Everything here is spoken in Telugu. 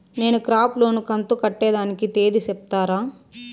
నేను క్రాప్ లోను కంతు కట్టేదానికి తేది సెప్తారా?